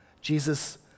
Jesus